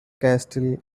castle